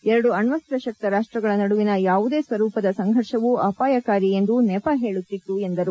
ಎರಡು ಅಣ್ಣಸ್ತ್ರ ಶಕ್ತ ರಾಷ್ಷಗಳ ನಡುವಿನ ಯಾವುದೇ ಸ್ವರೂಪದ ಸಂಘರ್ಷವೂ ಅಪಾಯಕಾರಿ ಎಂದು ನೆಪ ಹೇಳುತ್ತಿತ್ತು ಎಂದರು